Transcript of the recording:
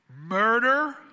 murder